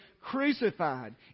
crucified